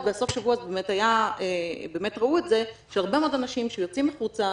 ובסוף השבוע באמת ראו את זה שיש הרבה מאוד אנשים שיוצאים החוצה,